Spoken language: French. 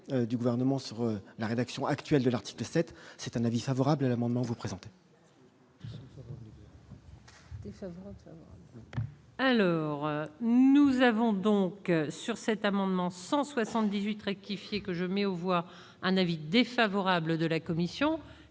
du gouvernement sur la rédaction actuelle de l'article 7 c'est un avis favorable à l'amendement vous présente. Alors nous avons donc sur cet amendement 178 rectifié, que je mets au voire un avis défavorable de la commission.